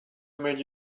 made